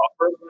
offer